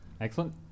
Excellent